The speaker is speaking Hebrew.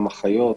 אחיות,